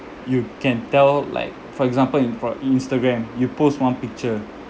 you can tell like for example in~ for instagram you post one picture